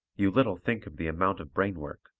you little think of the amount of brain work,